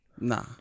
Nah